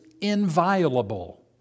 inviolable